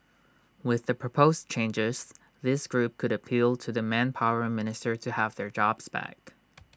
with the proposed changes this group could appeal to the manpower minister to have their jobs back